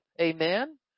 Amen